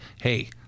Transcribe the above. hey